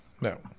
no